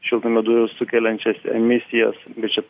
šiltnamio dujų sukeliančias emisijas bet čia